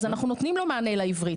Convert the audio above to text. אז אנחנו נותנים לו מענה לעברית.